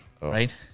right